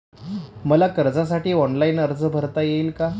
मला कर्जासाठी ऑनलाइन अर्ज भरता येईल का?